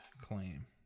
claim